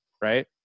right